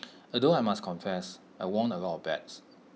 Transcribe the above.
although I must confess I won A lot of bets